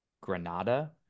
Granada